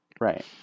Right